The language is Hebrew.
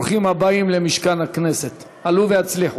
ברוכים הבאים למשכן הכנסת, עלו והצליחו.